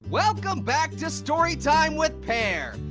welcome back to story time with pear.